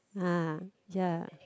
uh ya